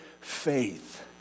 faith